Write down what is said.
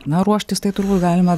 na ruoštis tai turbūt galima